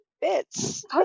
bits